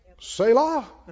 Selah